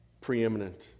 preeminent